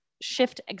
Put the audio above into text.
shift